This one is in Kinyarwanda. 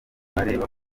areba